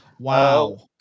Wow